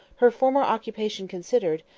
her former occupation considered,